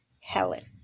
Helen